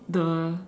the